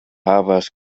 havas